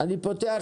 הישיבה נעולה.